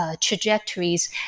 trajectories